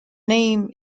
name